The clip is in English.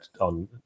on